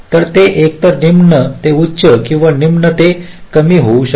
तर ते एकतर निम्न ते उच्च किंवा निम्न ते कमी असू शकते